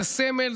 זה סמל,